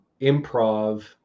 improv